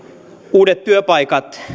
uudet työpaikat